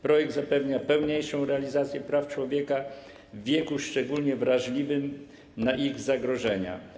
Projekt zapewnia pełniejszą realizację praw człowieka w wieku szczególnie wrażliwym na ich zagrożenia.